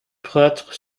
prêtres